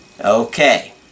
Okay